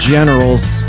Generals